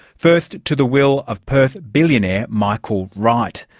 first, to the will of perth billionaire michael wright.